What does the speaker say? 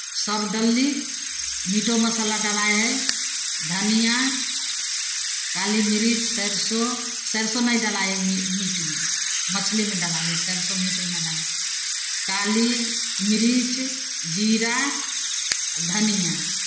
सभ डालली मीटो मसाला डलाइ हइ धनियाँ काली मिरीच सैरसो सैरसो नहि डलाइ हइ मी मीटमे मछलीमे डलाइ हइ सैरसो मीटमे नहि डलाइ हइ काली मिरीच जीरा आ धनियाँ